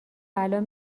الان